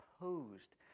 opposed